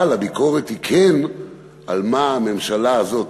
אבל הביקורת היא כן על מה הממשלה הזאת